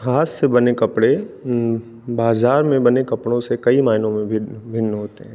हाथ से बने कपड़े बाज़ार में बने कपड़ों से कई मायनों में भिन्न भिन्न होते हैं